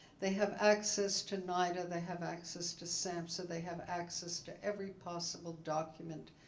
they have access to nida. they have access to samhsa. they have access to every possible document.